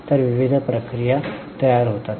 तर विविध प्रक्रिया तयार होतात